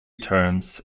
terms